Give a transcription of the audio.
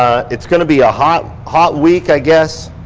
it's gonna be a hot hot week i guess.